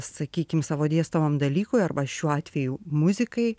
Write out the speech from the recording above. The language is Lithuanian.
sakykim savo dėstomam dalykui arba šiuo atveju muzikai